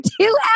two